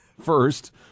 First